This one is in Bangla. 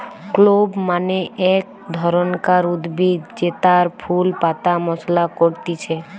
ক্লোভ মানে এক ধরণকার উদ্ভিদ জেতার ফুল পাতা মশলা করতিছে